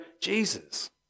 Jesus